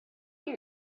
your